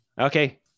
Okay